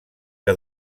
que